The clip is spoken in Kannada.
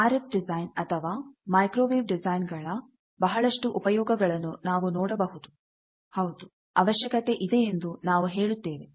ಈಗ ಆರ್ ಎಫ್ ಡಿಸೈನ್ ಅಥವಾ ಮೈಕ್ರೋವೇವ್ ಡಿಸೈನ್ಗಳ ಬಹಳಷ್ಟು ಉಪಯೋಗಗಳನ್ನು ನಾವು ನೋಡಬಹುದು ಹೌದು ಅವಶ್ಯಕತೆ ಇದೆಯೆಂದು ನಾವು ಹೇಳುತ್ತೇವೆ